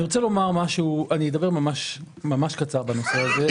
אני אדבר ממש קצר בנושא הזה,